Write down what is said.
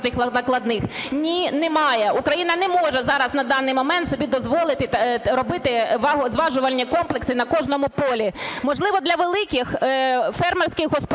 Ні, немає. Україна не може зараз на даний момент собі дозволити робити зважувальні комплекси на кожному полі. Можливо, для великих фермерських господарств,